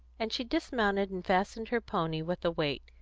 and she dismounted and fastened her pony with a weight,